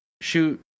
shoot